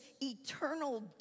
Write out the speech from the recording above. eternal